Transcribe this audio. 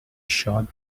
short